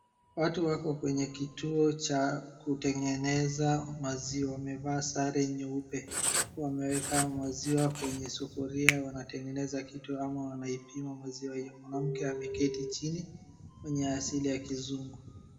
Watu wako kwenye kituo cha kutengeneza maziwa wamevaa sare nyeupe wameweka maziwa kwenye sufuria wanatengeneza kitu ama wanaipima maziwa hiyo , mwanamke ameketi chini mwenye asili ya kizungu